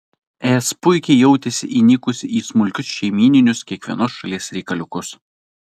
es puikiai jautėsi įnikusi į smulkius šeimyninius kiekvienos šalies reikaliukus